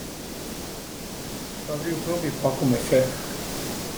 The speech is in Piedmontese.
Savrìu propi pa cume fe